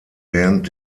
während